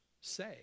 say